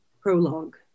Prologue